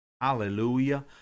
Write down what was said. Hallelujah